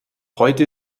heute